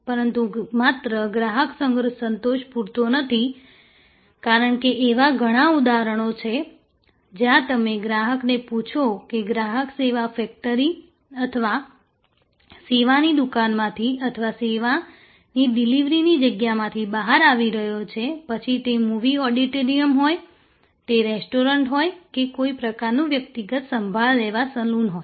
પરંતુ માત્ર ગ્રાહક સંતોષ પૂરતો નથી કારણ કે એવા ઘણા ઉદાહરણો છે જ્યાં તમે ગ્રાહકને પૂછો કે ગ્રાહક સેવા ફેક્ટરી અથવા સેવાની દુકાનમાંથી અથવા સેવાની ડિલિવરીની જગ્યામાંથી બહાર આવી રહ્યો છે પછી તે મૂવી ઓડિટોરિયમ હોય તે રેસ્ટોરન્ટ હોય તે કોઈ પ્રકારનું વ્યક્તિગત સંભાળ સેવા સલૂન હોય